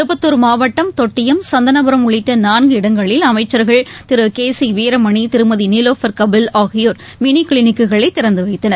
திருப்பத்தூர் மாவட்டம் தொட்டியம் சந்தனபுரம் உள்ளிட்ட நான்கு இடங்களில் அமைச்சர்கள் திரு கே சி வீரமணி திருமதி நிலோபர் கபில் ஆகியோர் மினி கிளினிக்குகளை திறந்துவைத்தனர்